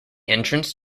entrance